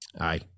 Aye